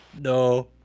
No